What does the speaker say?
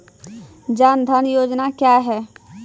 जन धन योजना क्या है?